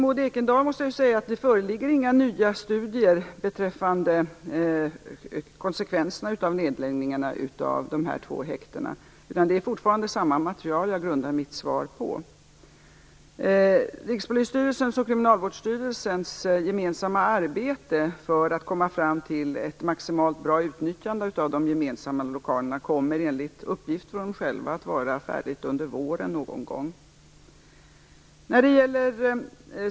Herr talman! Det föreligger inga nya studier beträffande konsekvenserna av nedläggningarna av de här två häktena, Maud Ekendahl. Det är fortfarande samma material som jag grundar mitt svar på. Rikspolisstyrelsen och Kriminalvårdsstyrelsens gemensamma arbete för att komma fram till ett maximalt utnyttjande av de gemensamma lokalerna kommer, enligt uppgift från dem själva, att vara färdigt någon gång under våren.